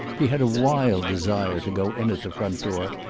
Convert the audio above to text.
he had a wild desire to go in at the front door,